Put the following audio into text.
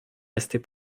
restée